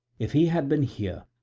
if he had been here,